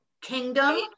kingdom